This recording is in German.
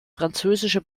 französische